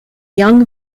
young